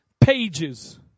pages